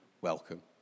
welcome